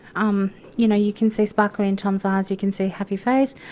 um you know you can see sparkle in tom's eyes, you can see a happy face,